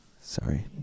Sorry